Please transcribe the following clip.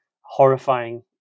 horrifying